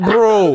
Bro